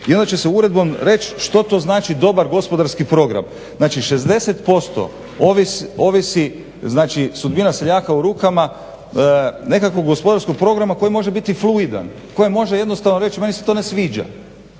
i onda će se uredbom reći što to znači dobar gospodarski program. Znači, 60% ovisi znači sudbina seljaka u rukama nekakvog gospodarskog programa koji može biti fluidan, koji može jednostavno reći meni se to ne sviđa.